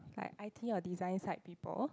like i_t or design side people